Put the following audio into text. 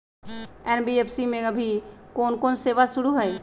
NBFC में अभी कोन कोन सेवा शुरु हई?